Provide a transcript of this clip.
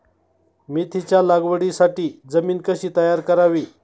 मेथीच्या लागवडीसाठी जमीन कशी तयार करावी?